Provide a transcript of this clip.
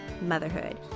motherhood